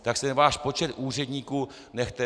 Tak si ten váš počet úředníků nechte!